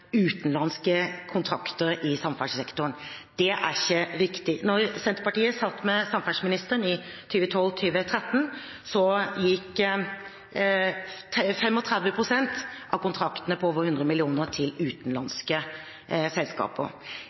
utenlandske kontrakter i samferdselssektoren. Det er ikke riktig. Da Senterpartiet satt med samferdselsministeren i 2012–2013, gikk 35 pst. av kontraktene på over 100 mill. kr til utenlandske selskaper.